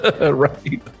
Right